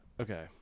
Okay